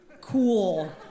cool